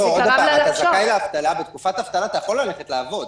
אתה זכאי לאבטלה ובתקופה הזאת של האבטלה אתה יכול ללכת לעבוד.